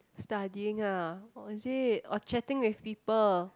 studying ah oh is it or chatting with people